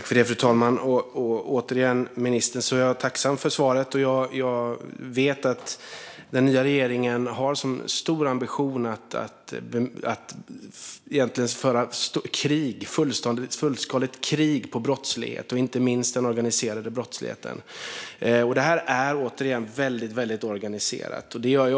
Fru talman! Jag är, återigen, tacksam för svaret, ministern. Jag vet att den nya regeringen har som en stor ambition att egentligen föra ett fullskaligt krig mot brottsligheten, inte minst den organiserade brottsligheten. Detta är väldigt organiserat.